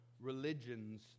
religions